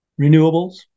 renewables